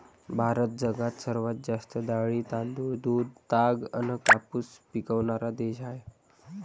भारत जगात सर्वात जास्त डाळी, तांदूळ, दूध, ताग अन कापूस पिकवनारा देश हाय